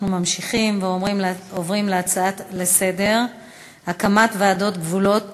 אנחנו ממשיכים ועוברים להצעה לסדר-היום מס' 1664: הקמת ועדות גבולות